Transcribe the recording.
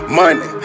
money